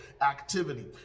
activity